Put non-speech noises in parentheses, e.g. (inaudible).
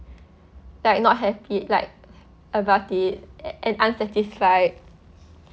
(breath) like not happy like about it and unsatisfied